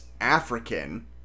african